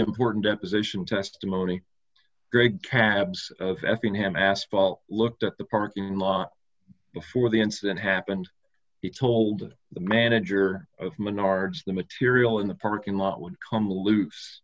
important deposition testimony great cabs i think have asphalt looked at the parking lot before the incident happened he told the manager of monarchs the material in the parking lot would come loose